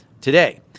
today